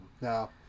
No